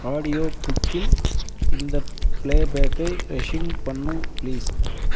ஆடியோபுக்கில் இந்த ப்ளேபேக்கை ரெஸ்யூம் பண்ணு ப்ளீஸ்